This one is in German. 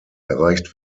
erreicht